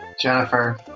Jennifer